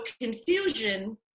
confusion